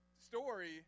story